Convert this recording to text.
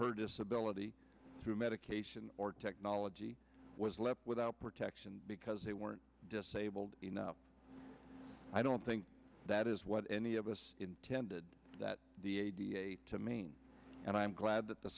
her disability through medication or technology was left without protection because they weren't disabled enough i don't think that is what any of us intended that to mean and i'm glad that the